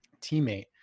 teammate